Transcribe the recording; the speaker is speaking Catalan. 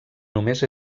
només